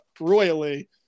royally